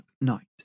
night